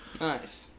Nice